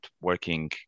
working